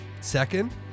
Second